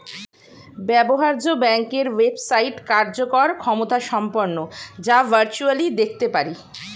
ব্যবহার্য ব্যাংকের ওয়েবসাইট কার্যকর ক্ষমতাসম্পন্ন যা ভার্চুয়ালি দেখতে পারি